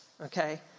okay